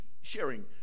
sharing